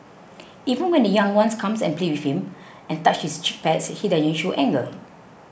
even when the young ones come and play with him and touch his cheek pads he doesn't show anger